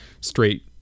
straight